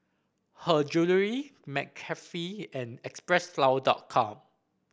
Her Jewellery McCafe and Xpressflower dot com